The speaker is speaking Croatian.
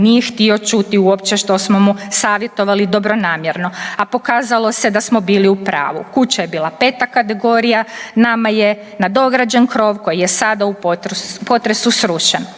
nije htio čuti uopće što smo mu savjetovali dobronamjerno, a pokazalo se da smo bili u pravu. Kuća je bila 5 kategorija, nama je nadograđen krov koji je sada u potresu srušen.